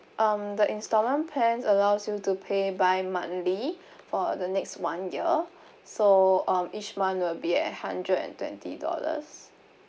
um the instalment plan allows you to pay by monthly for the next one year so on each month will be at hundred and twenty dollars